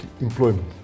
employment